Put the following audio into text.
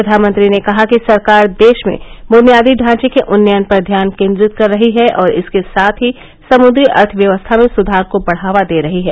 प्रधानमंत्री ने कहा कि सरकार देश में ब्नियादी ढांचे के उन्यन पर ध्यान केन्द्रित कर रही है और इसके साथ ही समुद्री अर्थव्यवस्था में सुधार को बढावा दे रही है